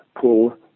pull